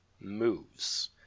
moves